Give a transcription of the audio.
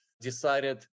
decided